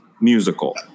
Musical